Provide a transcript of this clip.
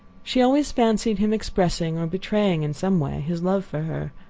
she always fancied him expressing or betraying in some way his love for her.